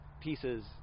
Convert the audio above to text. pieces